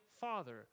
father